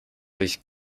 riecht